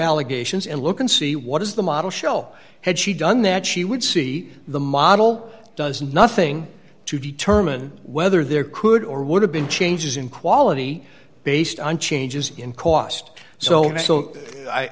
allegations and look and see what is the model shell had she done that she would see the model does nothing to determine whether there could or would have been changes in quality based on changes in cost so